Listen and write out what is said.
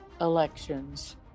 elections